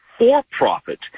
for-profit